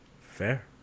Fair